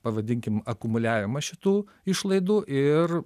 pavadinkim akumuliavimas šitų išlaidų ir